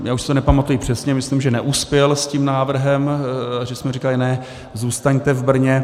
Já už si to nepamatuji přesně, myslím, že neuspěl s tím návrhem, že jsme říkali ne, zůstaňte v Brně.